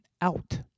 out